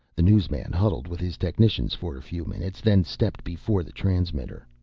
the newsman huddled with his technicians for a few minutes, then stepped before the transmitter.